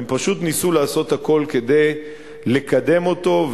הם פשוט ניסו לעשות הכול כדי לקדם אותו,